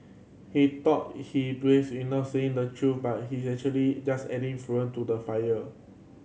he thought he braves in not saying the truth but he actually just adding fuel to the fire